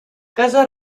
casa